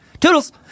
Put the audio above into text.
Toodles